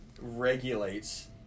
regulates